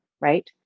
right